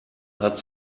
hat